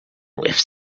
which